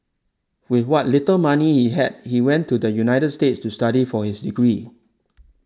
with what little money he had he went to the United States to study for his degree